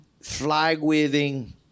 flag-waving